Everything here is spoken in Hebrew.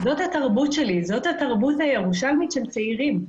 זאת התרבות שלי, זאת התרבות הירושלמית של צעירים.